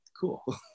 cool